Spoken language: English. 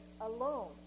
alone